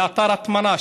לאתר הטמנה,